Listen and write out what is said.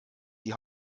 die